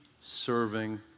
serving